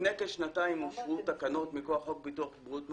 לפני כשנתיים אושרו תקנות מכוח חוק ביטוח בריאות ממלכתי,